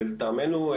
לטעמנו,